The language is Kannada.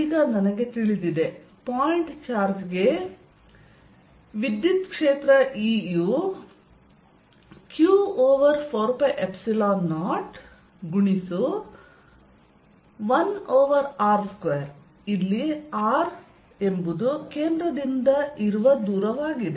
ಈಗ ನನಗೆ ತಿಳಿದಿದೆ ಪಾಯಿಂಟ್ ಚಾರ್ಜ್ ಗೆ E ಯು q ಓವರ್ 4π0 1 ಓವರ್ r2 ಇಲ್ಲಿ r ಕೇಂದ್ರದಿಂದ ಇರುವ ದೂರವಾಗಿದೆ